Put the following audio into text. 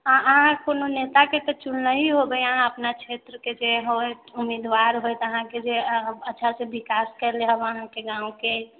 अहाँ कोनो नेताके तऽ चुननही होबै अहाँ अपना क्षेत्र के जे हमर उम्मीदवार होइत अहाँके जे अच्छा से विकास केले होत अहाँके गाँव के